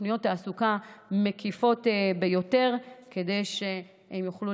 בתוכניות תעסוקה מקיפות ביותר כדי שהם יוכלו